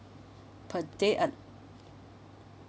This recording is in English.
per day uh